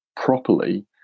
properly